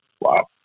Wow